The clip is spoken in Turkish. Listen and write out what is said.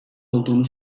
olduğunu